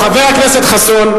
חבר הכנסת חסון,